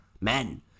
men